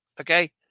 okay